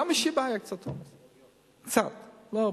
גם ב"שיבא" היה קצת עומס, קצת, לא הרבה.